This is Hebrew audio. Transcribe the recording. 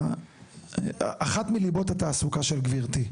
אחת מליבות התעסוקה של גברתי.